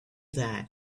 that